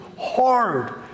hard